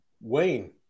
Wayne